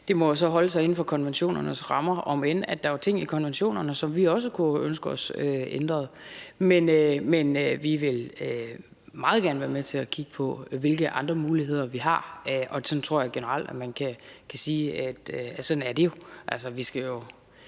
jo så holde sig inden for konventionernes rammer, om end der er ting i konventionerne, som vi også kunne ønske os ændret. Men vi vil meget gerne være med til at kigge på, hvilke andre muligheder vi har. Sådant tror jeg generelt man kan sige det er.